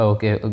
Okay